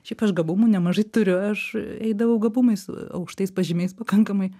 šiaip aš gabumų nemažai turiu aš eidavau gabumais aukštais pažymiais pakankamai